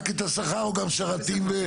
רק את השכר או גם שרתים וזה?